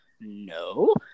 No